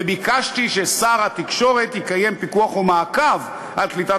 וביקשתי ששר התקשורת יקיים פיקוח ומעקב על קליטת